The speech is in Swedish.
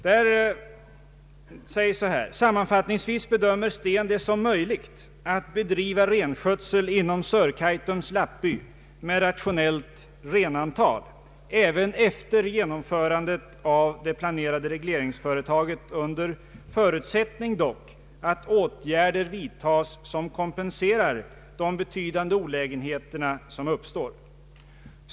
Den har följande lydelse: ”Sammanfattningsvis bedömer Stéen det som möjligt att bedriva renskötsel inom Sörkaitums lappby med ”rationellt renantal” även efter genomförandet av det planerade regleringsföretaget under förutsättning dock att åtgärder vidtas som kompenserar de betydande olägenheterna som uppstår.